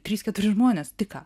trys keturi žmonės tai ką